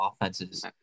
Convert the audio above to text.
offenses